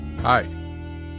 Hi